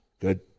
good